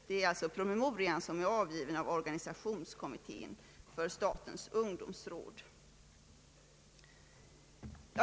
Det är alltså den promemoria som är avgiven av organisationskommittén för statens ungdomsråd.